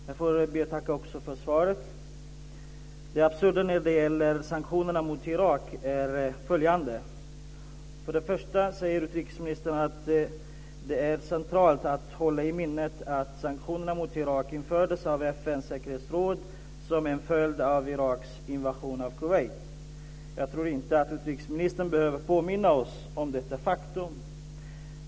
Fru talman! Jag ber att få tacka för svaret. Det absurda när det gäller sanktionerna mot Irak är följande: Utrikesministern säger att det är centralt att hålla i minnet att sanktionerna mot Irak infördes av FN:s säkerhetsråd som en följd av Iraks invasion av Kuwait. Jag tror inte att utrikesministern behöver påminna oss om detta faktum.